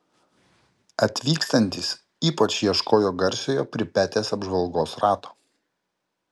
atvykstantys ypač ieškojo garsiojo pripetės apžvalgos rato